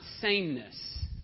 sameness